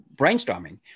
brainstorming